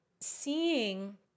seeing